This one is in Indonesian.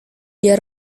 dia